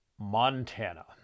Montana